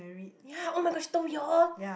ya [oh]-my-gosh she told you all